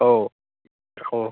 ഓ ഓ